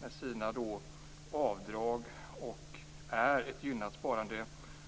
med dess avdrag. Det är ett gynnat sparande.